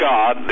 God